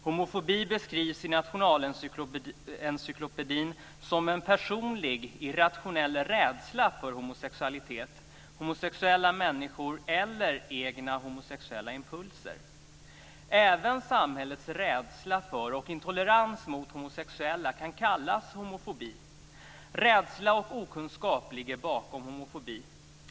Homofobi beskrivs i nationalencyklopedin som en personlig, irrationell rädsla för homosexualitet, homosexuella människor eller egna homosexuella impulser. Även samhällets rädsla för och intolerans mot homosexuella kan kallas homofobi. Rädsla och okunskap ligger bakom homofobi.